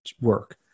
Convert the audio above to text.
work